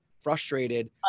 frustrated